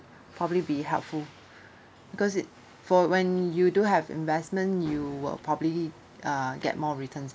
probably be helpful because it for when you do have investment you will probably uh get more returns